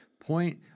point